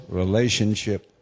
relationship